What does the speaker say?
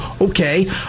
Okay